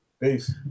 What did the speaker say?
Peace